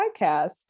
podcast